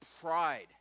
pride